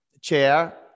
Chair